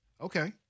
Okay